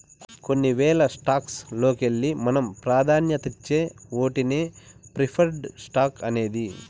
కొన్ని వేల స్టాక్స్ లోకెల్లి మనం పాదాన్యతిచ్చే ఓటినే ప్రిఫర్డ్ స్టాక్స్ అనేది